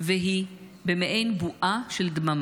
והיא במעין בועה של דממה,